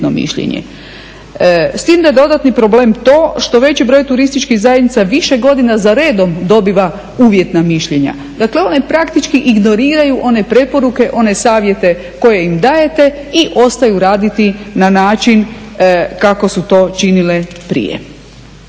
S tim da je dodatni problem to što veći broj turističkih zajednica više godina za redom dobiva uvjetna mišljenja. Dakle, one praktični ignoriraju one preporuke, one savjete koje im dajete i ostaju raditi na način kako su to činile prije.